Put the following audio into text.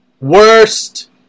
worst